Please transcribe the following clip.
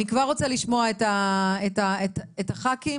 אני כבר רוצה לשמוע את חברי הכנסת,